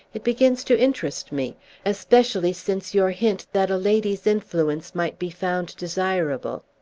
it begins to interest me especially since your hint that a lady's influence might be found desirable.